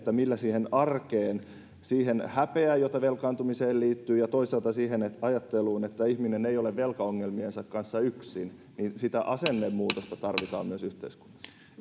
siihen arkeen siihen häpeään jota velkaantumiseen liittyy ja toisaalta siihen ajatteluun että ihminen ei ole velkaongelmiensa kanssa yksin sitä asennemuutosta tarvitaan myös yhteiskunnassa